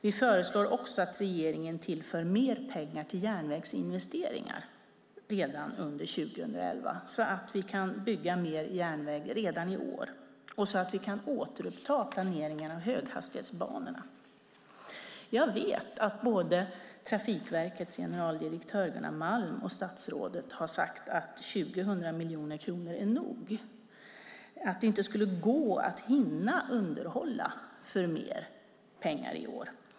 Vi föreslår också att regeringen tillför mer pengar till järnvägsinvesteringar redan under 2011, så att vi kan bygga mer järnväg redan i år och så att vi kan återuppta planeringen av höghastighetsbanorna. Jag vet att både Trafikverkets generaldirektör Gunnar Malm och statsrådet har sagt att 2 000 miljoner kronor är nog och att det inte skulle gå att hinna underhålla för mer pengar i år.